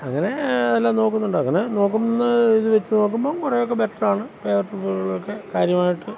അങ്ങനെ എല്ലാം നോക്കുന്നുണ്ട് അങ്ങനെ നോക്കുന്ന ഇത് വെച്ച് നോക്കുമ്പം കുറെയൊക്കെ ബെറ്ററാണ് പേപ്പറുകളിലൊക്കെ കാര്യമായിട്ട്